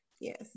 Yes